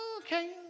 okay